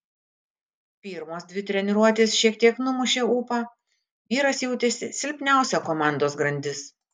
pirmos dvi treniruotės šiek tiek numušė ūpą vyras jautėsi silpniausia komandos grandis